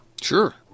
Sure